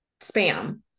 spam